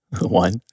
One